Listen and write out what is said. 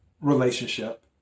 relationship